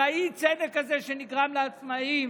האי-צדק הזה שנגרם לעצמאים.